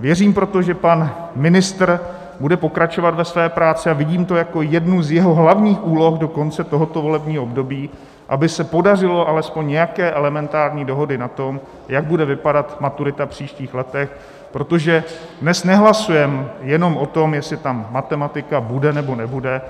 Věřím proto, že pan ministr bude pokračovat ve své práci, a vidím to jako jednu z jeho hlavních úloh do konce tohoto volebního období, aby se podařilo alespoň nějaké elementární dohody na tom, jak bude vypadat maturita v příštích letech, protože dnes nehlasujeme jenom o tom, jestli tam matematika bude, nebo nebude,